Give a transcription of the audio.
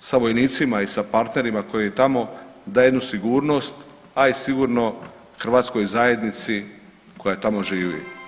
sa vojnicima i sa partnerima koji tamo, daje jednu sigurnost, a i sigurno hrvatskoj zajednici koja tamo živi.